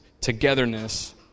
togetherness